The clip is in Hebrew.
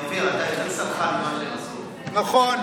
אופיר, נכון.